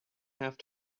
have